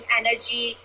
energy